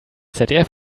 zdf